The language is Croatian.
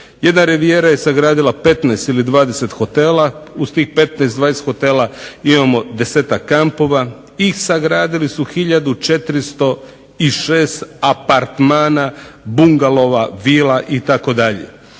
Jedna Rivijera je sagradila 15 ili 20 hotela, uz tih 15, 20 hotela imamo 10-tak kampova i sagradili su 1406 apartmana, bungalova, vila itd.